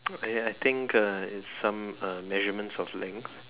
!aiya! I think uh it's some uh measurement of length